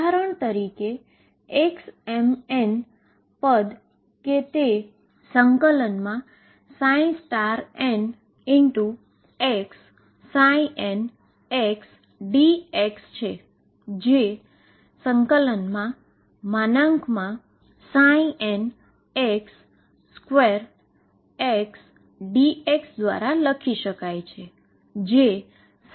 ઉદાહરણ તરીકે xnn પદ કે ∫nxxndx છે જે ∫nx2xdx દ્વારા લખી શકાય છે